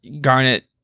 Garnet